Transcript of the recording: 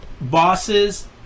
Bosses